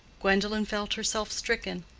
gwendolen felt herself stricken.